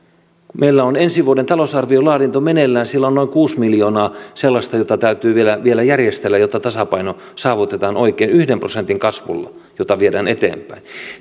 meillä on ensi vuoden talousarvion laadinta meneillään ja siellä on noin kuusi miljoonaa sellaista joita täytyy vielä vielä järjestellä jotta tasapaino saavutetaan oikein yhden prosentin kasvulla jota viedään eteenpäin